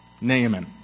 Naaman